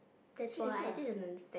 that's why I didn't under~